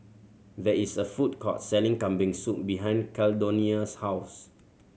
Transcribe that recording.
there is a food court selling Kambing Soup behind Caldonia's house